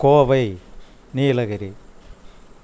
Kovai Nilgiri